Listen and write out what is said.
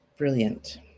Brilliant